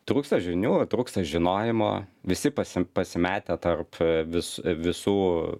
trūksta žinių trūksta žinojimo visi pasi pasimetę tarp vis visų